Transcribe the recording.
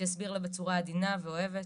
שיסביר לה בצורה עדינה ואוהבת,